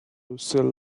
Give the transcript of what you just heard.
lucille